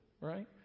right